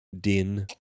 din